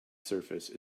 surface